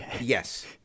yes